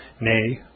nay